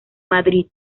madrid